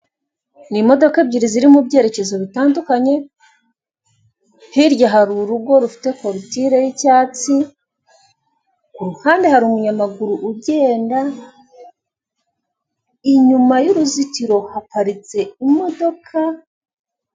Ni imodoka ebyiri ziri mu byerekezo bitandukanye, hirya hari urugo rufite korotire yi'cyatsi, kuruhande hari umunyamaguru ugenda, inyuma y'uruzitiro haparitse imodoka.